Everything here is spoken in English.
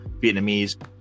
Vietnamese